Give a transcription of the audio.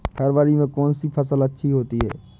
फरवरी में कौन सी फ़सल अच्छी होती है?